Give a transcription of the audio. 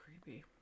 Creepy